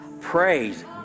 praise